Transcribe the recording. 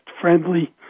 friendly